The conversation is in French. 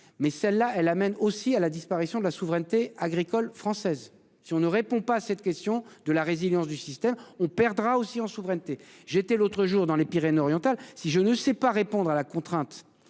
Mais celle-là elle amène aussi à la disparition de la souveraineté agricole française si on ne répond pas à cette question de la résilience du système on perdra aussi en souveraineté j'étais l'autre jour, dans les Pyrénées-Orientales, si je ne sais pas répondre à la contrainte